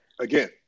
again